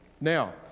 Now